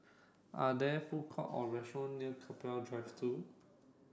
are there food court or restaurant near Keppel Drive two